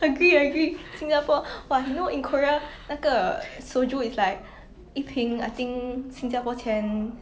on my own I watched through all those old shows like hotel transylvania that kind oh I just realised 我很 kiddy sia